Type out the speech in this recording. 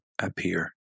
appear